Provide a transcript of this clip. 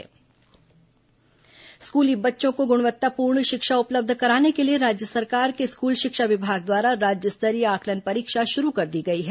राज्य स्तरीय आकलन परीक्षा स्कूली बच्चों को गुणवत्ता पूर्ण शिक्षा उपलब्ध कराने के लिए राज्य सरकार के स्कूल शिक्षा विभाग द्वारा राज्य स्तरीय आकलन परीक्षा शुरू कर दी गयी है